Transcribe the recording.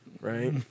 right